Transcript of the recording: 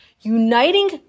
uniting